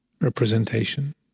representation